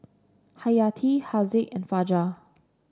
Hayati Haziq and Fajar